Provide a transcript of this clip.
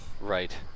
Right